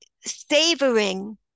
savoring